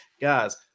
guys